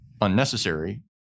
unnecessary